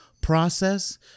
process